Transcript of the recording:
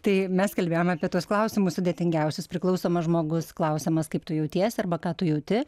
tai mes kalbėjom apie tuos klausimus sudėtingiausius priklausomas žmogus klausiamas kaip tu jautiesi arba ką tu jauti